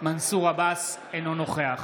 אינו נוכח